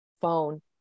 phone